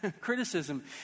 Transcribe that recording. criticism